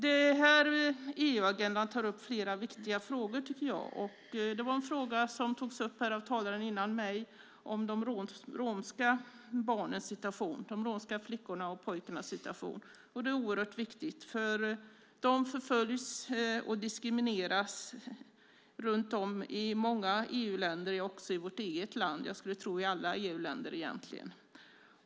EU-agendan tar upp flera viktiga frågor. En fråga som togs upp här av talaren före mig var de romska flickornas och pojkarnas situation. Det är en oerhört viktig fråga, för de förföljs och diskrimineras i många EU-länder, också i vårt eget land - jag skulle tro i alla EU-länder egentligen.